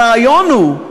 הרעיון הוא,